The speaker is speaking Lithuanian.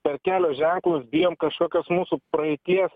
per kelio ženklus bijom kažkokios mūsų praeities